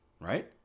right